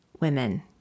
women